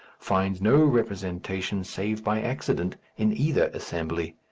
finds no representation save by accident in either assembly.